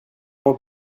mår